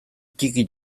ttiki